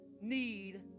need